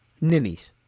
Ninnies